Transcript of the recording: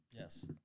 Yes